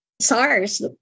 SARS